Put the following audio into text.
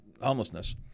homelessness